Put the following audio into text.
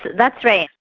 but that's right,